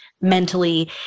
mentally